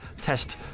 test